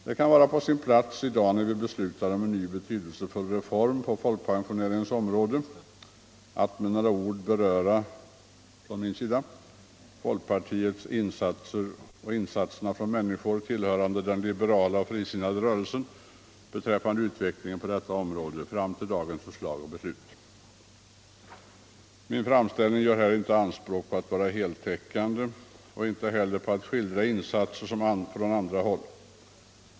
Det kan vara på sin plats att jag nu, när vi beslutar om en ny betydelsefull reform på folkpensioneringens område, med några ord berör folkpartiets insatser och insatserna från människor tillhörande den liberala och frisinnade rörelsen i vad gäller utvecklingen på detta område fram till dagens förslag och beslut. Min framställning gör inte anspråk på att vara heltäckande och inte heller på att skildra insatser från andra håll.